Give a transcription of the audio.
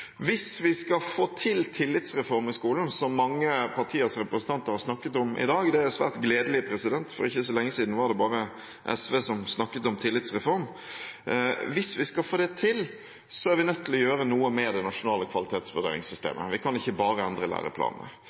Hvis vi skal få til tillitsreform i skolen, som mange partiers representanter har snakket om i dag – det er svært gledelig, for ikke så lenge siden var det bare SV som snakket om tillitsreform – er vi nødt til å gjøre noe med det nasjonale kvalitetsvurderingssystemet. Vi kan ikke bare endre